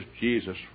Jesus